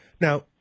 Now